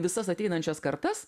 visas ateinančias kartas